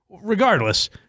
regardless